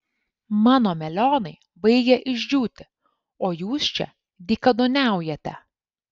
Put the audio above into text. mano melionai baigia išdžiūti o jūs čia dykaduoniaujate